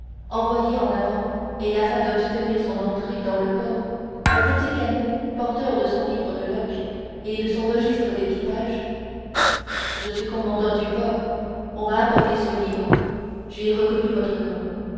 envoyé en avant et afin d'obtenir son entrée dans le port un petit canot porteur de son livre de loch et de son registre d'équipage je suis commandant du port on m'a apporté ce livre j'y ai reconnu votre nom